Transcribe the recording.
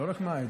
לא רק מהעדה,